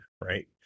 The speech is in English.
right